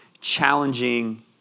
challenging